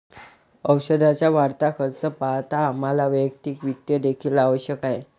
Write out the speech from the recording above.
औषधाचा वाढता खर्च पाहता आम्हाला वैयक्तिक वित्त देखील आवश्यक आहे